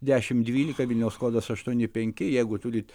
dešimt dvylika vilniaus kodas aštuoni penki jeigu turit